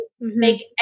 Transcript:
Make